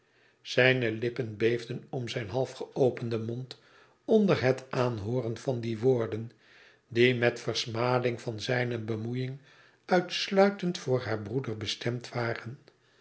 zijne lippen beefden om zijn half geopenden mond onder het aanhooren van die woorden die met versmading van zijne bemoeiing uitsluitend voor haar broeder bestemd waren